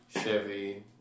Chevy